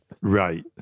right